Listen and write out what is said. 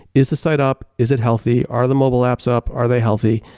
is the site up, is it healthy? are the mobile apps up, are they healthy?